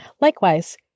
Likewise